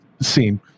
scene